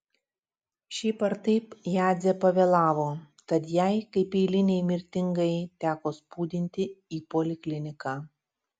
šiaip ar taip jadzė pavėlavo tad jai kaip eilinei mirtingajai teko spūdinti į polikliniką